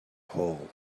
hole